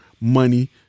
money